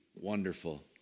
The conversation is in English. Wonderful